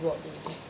already